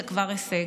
זה כבר הישג.